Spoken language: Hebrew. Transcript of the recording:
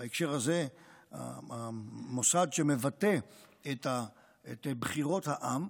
בהקשר הזה המוסד שמבטא את בחירות העם,